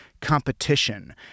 competition